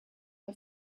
her